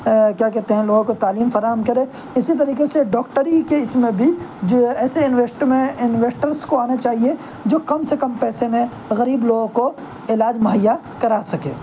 کیا کہتے ہیں لوگوں کو تعلیم فراہم کریں اسی طریقے سے ڈاکٹری کے اس میں بھی جو ایسے انویسٹرس کو آنا چاہیے جو کم سے کم پیسے میں غریب لوگوں کو علاج مہیا کرا سکیں